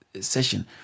session